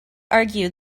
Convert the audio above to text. argue